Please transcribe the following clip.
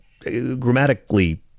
Grammatically